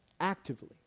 actively